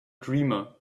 dreamer